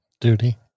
duty